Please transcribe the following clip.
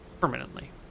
Permanently